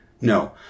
No